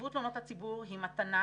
"נציבות תלונות הציבור היא מתנה,